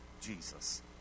Jesus